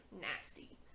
nasty